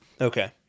Okay